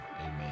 Amen